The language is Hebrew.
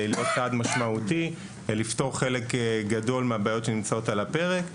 צעד משמעותי לפתור חלק גדול מהבעיות שנמצאות על הפרק.